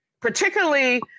Particularly